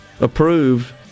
approved